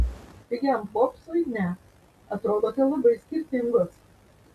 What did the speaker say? pigiam popsui ne atrodote labai skirtingos